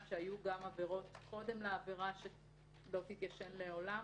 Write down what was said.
שהיו גם עבירות קודם לעבירה שלא תתיישן לעולם?